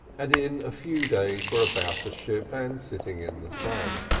and in a few days were about the ship and sitting in the sun.